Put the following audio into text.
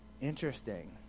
Interesting